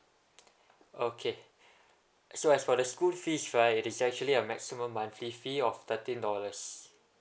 okay so as for the school fees right it is actually a maximum monthly fee of thirteen dollars